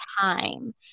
time